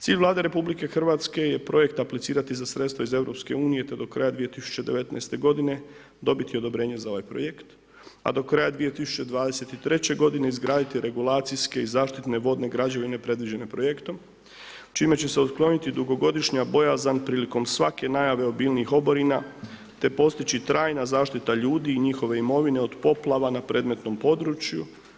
Cilj Vlade RH je projekt aplicirati za sredstva iz EU te do kraja 2019. godine dobiti odobrenje za ovaj projekt a do kraja 2023. godine izgraditi regulacijske i zaštitne vodne građevine predviđene projektom čime će se otkloniti dugogodišnja bojazan prilikom svake najave obilnijih oborina te postići trajna zaštita ljudi i njihove imovine od poplava na predmetnom području.